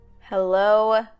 Hello